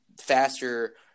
faster